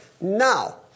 Now